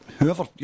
Whoever